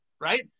right